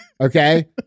okay